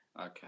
Okay